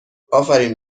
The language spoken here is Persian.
آفرین